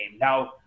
Now